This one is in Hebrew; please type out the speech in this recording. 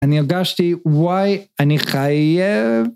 אני הרגשתי, וואי, אני חייב.